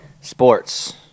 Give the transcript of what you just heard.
Sports